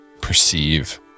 perceive